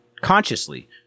consciously